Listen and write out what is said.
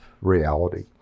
reality